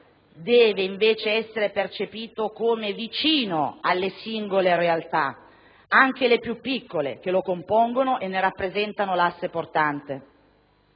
deve invece essere percepito come vicino alle singole realtà, anche le più piccole, che lo compongono e ne rappresentano l'asse portante.